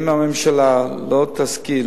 אם הממשלה לא תשכיל